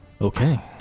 Okay